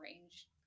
range